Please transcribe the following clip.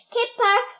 Keeper